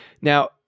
Now